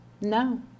No